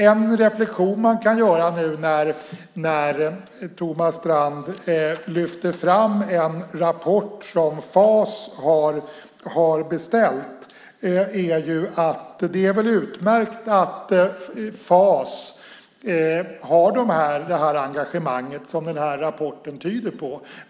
En reflexion man kan göra när Thomas Strand lyfter fram en rapport som FAS har beställt är att det väl är utmärkt att FAS har det engagemang som rapporten tyder på.